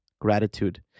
gratitude